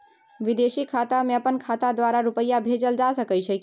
विदेशी खाता में अपन खाता द्वारा रुपिया भेजल जे सके छै की?